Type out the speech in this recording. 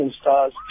Stars